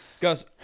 Gus